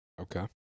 Okay